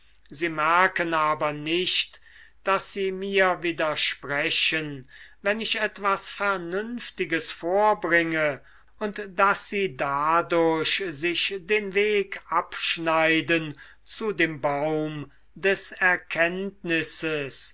sie merken aber nicht daß sie mir widersprechen wenn ich etwas vernünftiges vorbringe und daß sie dadurch sich den weg abschneiden zu dem baum des erkenntnisses